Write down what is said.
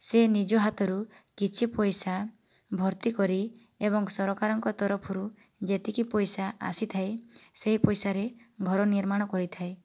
ସେ ନିଜ ହାତରୁ କିଛି ପଇସା ଭର୍ତ୍ତି କରି ଏବଂ ସରକାରଙ୍କ ତରଫରୁ ଯେତିକି ପଇସା ଆସିଥାଏ ସେଇ ପଇସାରେ ଘର ନିର୍ମାଣ କରିଥାଏ